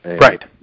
Right